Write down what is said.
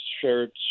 shirts